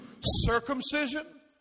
circumcision